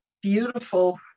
beautiful